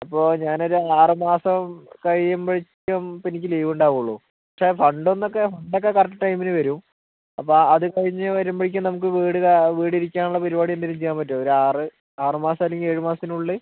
അപ്പോൾ ഞാനൊരു ആറു മാസം കഴിയുമ്പോഴേക്കും ഇപ്പം എനിക്ക് ലീവ് ഉണ്ടാവുകയുള്ളൂ പക്ഷെ ഫണ്ടെന്നൊക്കെ ഫണ്ടൊക്കെ കറക്റ്റ് ടൈമിൽ വരും അ അതു കഴിഞ്ഞു വരുമ്പോഴേക്കും നമുക്ക് വീട് വീടിരിക്കാനുള്ള പരിപാടി എന്തെങ്കിലും ചെയ്യാൻ പറ്റുമോ ഒരു ആറ് ആറുമാസം അല്ലെങ്കിൽ ഏഴു മാസത്തിനുള്ളിൽ